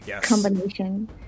combination